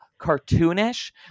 cartoonish